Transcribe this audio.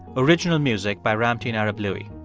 original music by ramtin arablouei.